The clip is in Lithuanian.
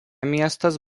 miestas